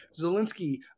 Zelensky